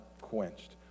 quenched